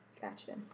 Gotcha